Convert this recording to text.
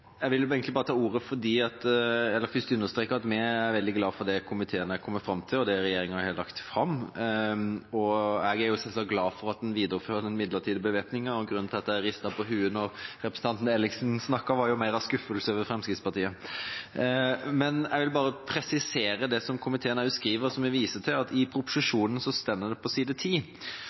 glad for det komiteen har kommet fram til, og det regjeringa har lagt fram. Jeg er selvsagt glad for at man viderefører den midlertidige bevæpningen. Grunnen til at jeg ristet på hodet da representanten Ellingsen snakket, var mer at jeg er skuffet over Fremskrittspartiet. Jeg vil presisere det komiteen viser til, som står i proposisjonen på side 10: «Departementet ser det derfor som naturlig at Stortinget holdes orientert når departementet treffer beslutning om midlertidig bevæpning. Stortinget orienteres på